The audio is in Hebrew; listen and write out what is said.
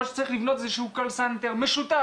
יכול להיות שצריך לבנות איזה שהוא קול-סנטר משותף,